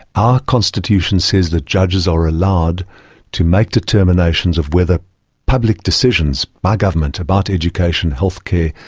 our constitution says that judges are allowed to make determinations of whether public decisions by government about education, healthcare,